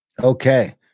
Okay